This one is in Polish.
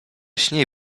śnie